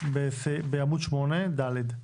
בעמוד 8, ד.